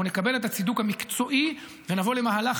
אנחנו נקבל את הצידוק המקצועי ונבוא למהלך